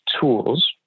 tools